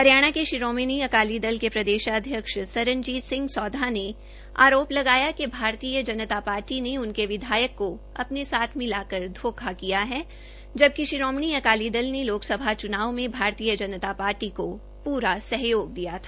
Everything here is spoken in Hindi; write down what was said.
हरियाणा के शिरोमणि अकाली दल के प्रदेशाध्यक्ष सरनजीत सिह सौधा ने आरोप लगाया कि भारतीय जनता पार्टी ने उनके विधायक को अपने साथ मिलाकर धोखा किया है जबकि शिरोमणि अकाली दल ने लोकसभा में भारतीय जनता पार्टी को प्रा सहयोग दिया था